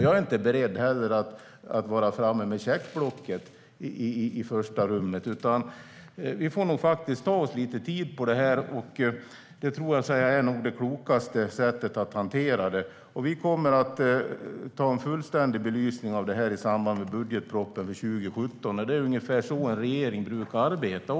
Jag är inte beredd att vara framme med checkblocket i första rummet, utan vi får ta lite tid till detta. Det är nog det klokaste sättet att hantera det på. Vi kommer att göra en fullständig belysning av detta i samband med budgetpropositionen för 2017. Det är ungefär så en regering brukar arbeta.